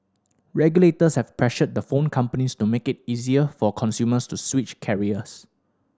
regulators have pressured the phone companies to make it easier for consumers to switch carriers